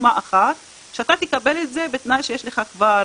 דוגמה אחת, שאתה תקבל את זה בתנאי שיש לך כבר